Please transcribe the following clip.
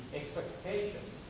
expectations